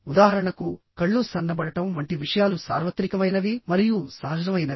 ఉదాహరణకు కళ్ళు సన్నబడటం వంటి విషయాలు సార్వత్రికమైనవి మరియు సహజమైనవి